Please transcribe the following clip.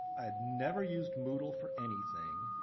i had never used moodle for anything.